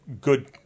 good